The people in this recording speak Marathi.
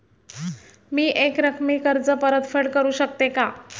मी एकरकमी कर्ज परतफेड करू शकते का?